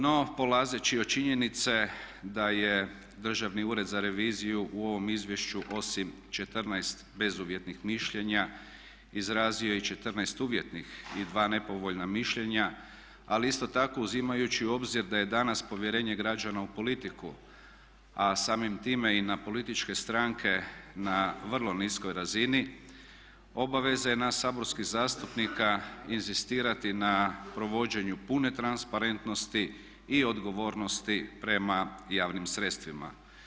No, polazeći od činjenice da je Državni ured za reviziju u ovom izvješću osim 14 bezuvjetnih mišljenja izrazio i 14 uvjetnih i 2 nepovoljna mišljenja ali isto tako uzimajući u obzir da je danas povjerenje građana u politiku a samim time i na političke stranke na vrlo niskoj razini obaveza je nas saborskih zastupnika inzistirati na provođenju pune transparentnosti i odgovornosti prema javnim sredstvima.